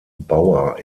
bauer